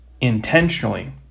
intentionally